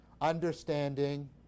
understanding